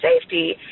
safety